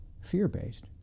fear-based